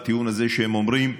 בטיעון הזה שהם אומרים: